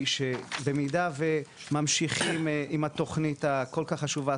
היא שבמידה וממשיכים עם התוכנית הכל כך חשובה,